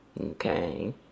Okay